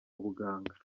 ubuganga